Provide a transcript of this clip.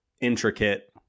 intricate